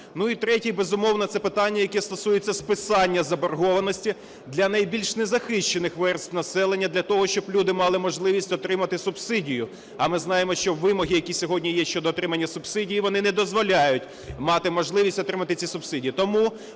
Ну, і третій, безумовно, це питання, яке стосується списання заборгованості для найбільш незахищених верств населення, для того щоб люди мали можливість отримати субсидію. А ми знаємо, що вимоги, які сьогодні є щодо отримання субсидії, вони не дозволяють мати можливість отримати ці субсидії.